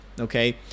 okay